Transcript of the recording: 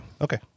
Okay